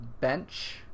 bench